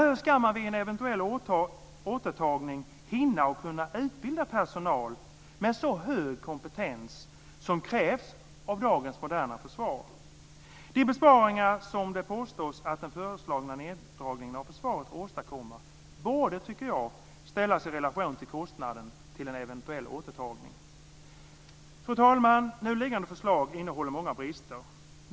Hur ska man vid en eventuell återtagning hinna att utbilda personal med så hög kompetens som krävs av dagens moderna försvar? De besparingar som det påstås att de föreslagna neddragningarna av försvaret åstadkommer borde ställas i relation till kostnaden för en eventuell återtagning. Fru talman! Nu liggande förslag innehåller många brister.